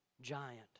giant